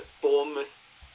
Bournemouth